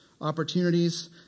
opportunities